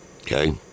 Okay